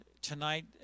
tonight